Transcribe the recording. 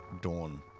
dawn